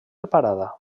parada